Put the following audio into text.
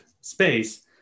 space